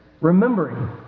remembering